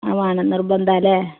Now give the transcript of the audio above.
അത് വെണം നിർബന്ധം ആണല്ലേ